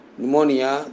Pneumonia